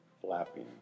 flapping